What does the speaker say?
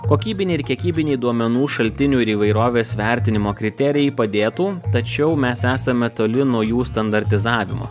kokybiniai ir kiekybiniai duomenų šaltinių ir įvairovės vertinimo kriterijai padėtų tačiau mes esame toli nuo jų standartizavimo